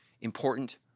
important